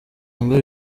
ngo